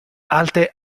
alte